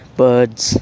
birds